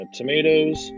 tomatoes